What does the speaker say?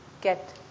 get